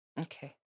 Okay